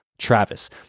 Travis